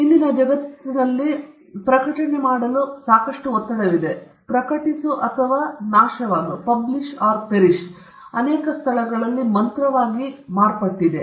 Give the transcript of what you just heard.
ಇಂದಿನ ಜಗತ್ತು ಪ್ರಕಟಿಸಲು ಸಾಕಷ್ಟು ಒತ್ತಡವಿದೆ ಪ್ರಕಟಿಸು ಅಥವಾ ನಾಶವಾಗುವುದು ಅನೇಕ ಸ್ಥಳಗಳಲ್ಲಿ ಮಂತ್ರವಾಗಿ ಮಾರ್ಪಟ್ಟಿದೆ